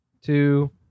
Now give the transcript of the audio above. Two